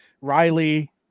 Riley